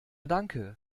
danke